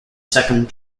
second